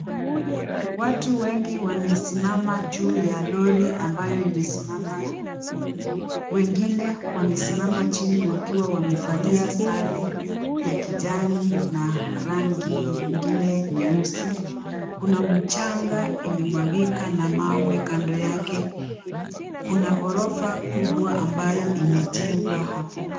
Watu wengi wamesimama juu ya lori ambayo imesimama. Wengine wamesimama chini wakiwa wamevalia sare ya kijani na rangi ingine nyeusi. Kuna mchanga imemwagika na mawe kando yake. Kuna ghorofa kubwa ambayo imejengwa hapo.